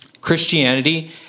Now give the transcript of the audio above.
Christianity